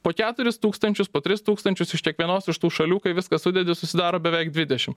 po keturis tūkstančius po tris tūkstančius iš kiekvienos iš tų šalių kai viską sudedi susidaro beveik dvidešim